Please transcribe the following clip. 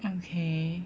okay